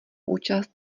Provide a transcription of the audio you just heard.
účast